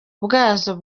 bwazo